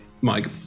Mike